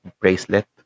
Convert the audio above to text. bracelet